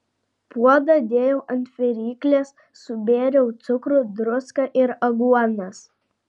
puodą dėjau ant viryklės subėriau cukrų druską ir aguonas